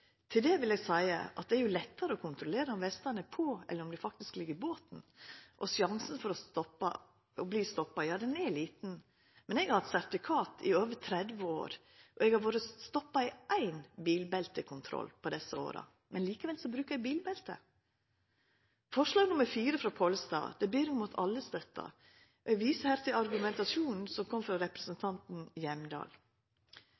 Til det vil eg seia at det er lettare å kontrollera om vestane er på, enn om dei faktisk ligg i båten. Og sjansen for å verta stoppa er liten. Eg har hatt sertifikat i meir enn 30 år og har vorte stoppa i éin bilbeltekontroll i desse åra, men likevel brukar eg bilbelte. Forslag nr. 4, frå representanten Pollestad ber eg om at alle støttar. Eg viser her til argumentasjonen som kom frå